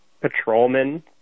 Patrolman